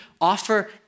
offer